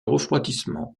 refroidissement